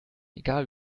egal